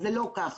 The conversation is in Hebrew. אז זה לא ככה.